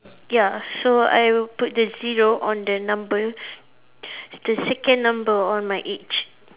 ya so I would put the zero on the number the second number on my age